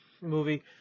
movie